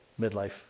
midlife